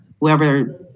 whoever